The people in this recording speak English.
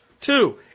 Two